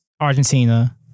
Argentina